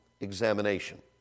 examination